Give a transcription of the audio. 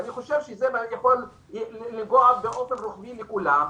ואני חושב שזה יכול לגעת באופן רוחבי בכולם,